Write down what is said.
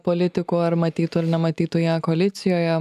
politikų ar matytų ar nematytų ją koalicijoje